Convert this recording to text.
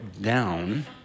down